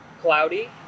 cloudy